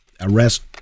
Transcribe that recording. arrest